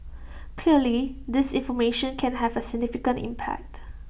clear disinformation can have A significant impact